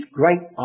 great